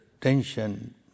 tension